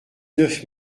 neuf